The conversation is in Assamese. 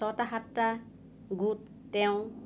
ছয়টা সাতটা গোট তেওঁ